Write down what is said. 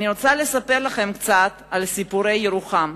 אני רוצה לספר לכם קצת סיפורי ירוחם.